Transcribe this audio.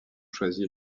choisit